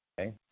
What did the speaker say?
Okay